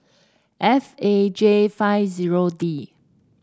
F A J five zero D